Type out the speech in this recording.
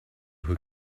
who